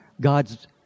God's